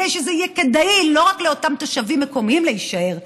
לא רק כדי שזה יהיה כדאי לאותם תושבים מקומיים להישאר,